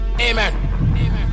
amen